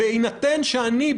בהינתן שאני,